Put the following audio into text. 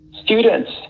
students